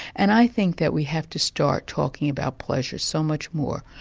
and i think that we have to start talking about pleasure so much more.